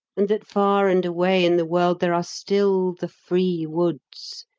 and that far and away in the world there are still the free woods,